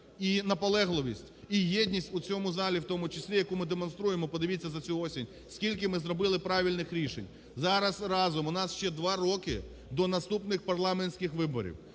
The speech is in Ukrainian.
і наполегливість, і єдність в цьому залі в тому числі, яку ми демонструємо, подивіться, за цю осінь скільки ми зробили правильних рішень. Зараз разом у нас ще два роки до наступних парламентських виборів.